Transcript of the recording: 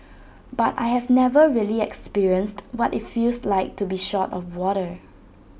but I have never really experienced what IT feels like to be short of water